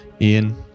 Ian